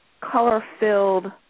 color-filled